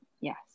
Yes